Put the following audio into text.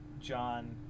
John